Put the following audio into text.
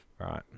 Right